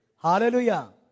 Hallelujah